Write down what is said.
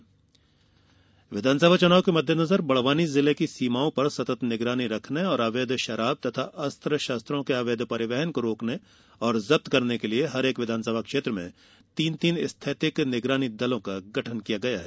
निगरानीदल विधानसभा चुनाव के मद्देनजर बड़वानी जिले की सीमाओं पर सतत निगरानी रखने अवैध शराब अस्त्र शस्त्रों के अवैध परिवहन को रोकने और जब्त करने के लिये प्रत्येक विधानसभा क्षेत्र में तीन तीन स्थैतिक निगरानी दलों का गठन किया गया है